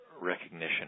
recognition